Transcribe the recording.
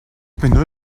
mich